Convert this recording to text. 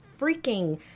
freaking